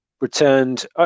returned